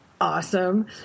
awesome